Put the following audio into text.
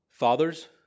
Fathers